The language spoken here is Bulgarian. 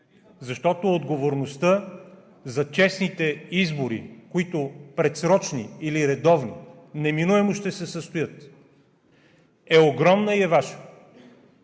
защото отговорността на честните избори – предсрочни или редовни, които неминуемо ще се състоят, е огромна и е Ваша.